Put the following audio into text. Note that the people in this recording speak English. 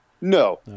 No